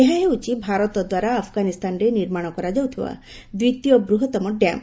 ଏହା ହେଉଛି ଭାରତ ଦ୍ୱାରା ଆଫ୍ଗାନିସ୍ତାନରେ ନିର୍ମାଣ କରାଯାଉଥିବା ଦ୍ୱିତୀୟ ବୃହତମ ଡ୍ୟାମ